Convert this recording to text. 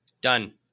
Done